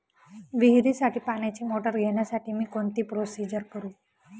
विहिरीसाठी पाण्याची मोटर घेण्यासाठी मी कोणती प्रोसिजर करु?